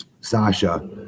Sasha